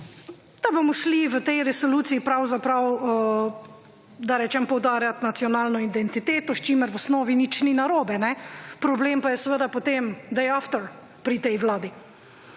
da bomo šli v tej resoluciji pravzaprav, da rečem poudarjati nacionalno identiteto, s čimer v osnovi nič ni narobe problem je pa seveda, potem, da je after pri tej Vladi.